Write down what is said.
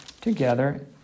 together